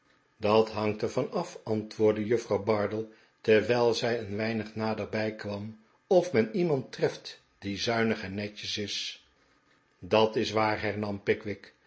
dat hangt er van af antwoordde juffrouw bardell terwijl zij een weinig naderbij kwam of men iemand treft die zuinig en netjes is dat is waar hernam pickwick